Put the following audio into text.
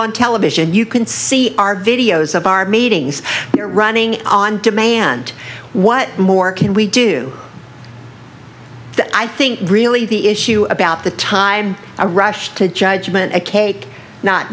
on television you can see our videos of our meetings we are running on demand what more can we do i think really the issue about the time a rush to judgment a cake not